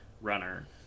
runner